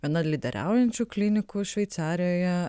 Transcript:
viena lyderiaujančių klinikų šveicarijoje